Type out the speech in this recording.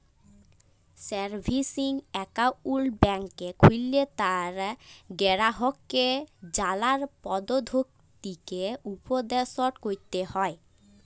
savings account ব্যাংকে খুললে তার গেরাহককে জালার পদধতিকে উপদেসট ক্যরতে হ্যয়